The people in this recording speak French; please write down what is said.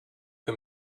que